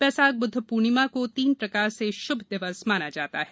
बैशाख बुद्ध पूर्णिमा को तीन प्रकार से शुभ दिवस माना जाता है